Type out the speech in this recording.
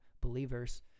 believers